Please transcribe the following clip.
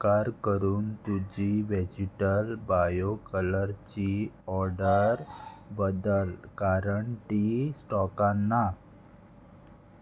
उपकार करून तुजी व्हेजीटल बायो कलरची ऑर्डर बदल कारण ती स्टॉकान ना